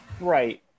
Right